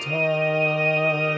time